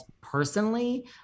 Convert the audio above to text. personally